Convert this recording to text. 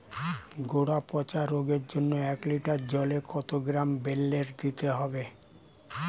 গোড়া পচা রোগের জন্য এক লিটার জলে কত গ্রাম বেল্লের দিতে হবে?